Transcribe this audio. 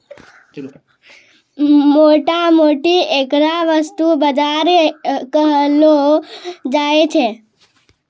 मोटा मोटी ऐकरा वस्तु बाजार कहलो जाय छै